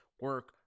Work